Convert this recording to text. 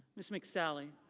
ms. mccalley.